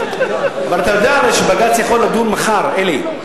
אבל אתה הרי יודע שבג"ץ יכול לדון מחר, אלי.